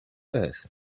earth